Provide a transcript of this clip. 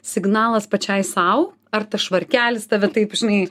signalas pačiai sau ar tas švarkelis tave taip žinai